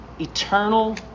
eternal